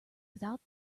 without